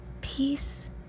Peace